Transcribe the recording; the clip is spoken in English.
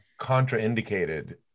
contraindicated